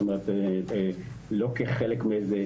זאת אומרת, לא כחלק מאיזה